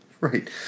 Right